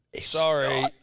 Sorry